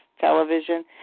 television